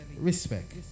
Respect